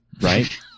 right